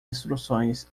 instruções